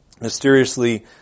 mysteriously